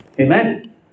Amen